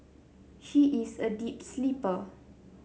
she is a deep sleeper